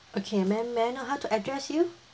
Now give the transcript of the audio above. okay ma'am may I know how to address you